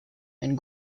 and